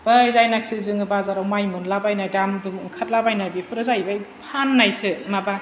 बै जायनाखि जोङो बाजाराव माइ मोनलाबायनाय दाम दुम ओंखारलाबायनाय बेफोरो जाहैबाय फाननायसो माबा